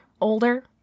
older